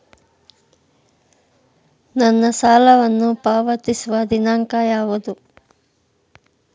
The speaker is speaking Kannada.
ನನ್ನ ಸಾಲವನ್ನು ಪಾವತಿಸುವ ದಿನಾಂಕ ಯಾವುದು?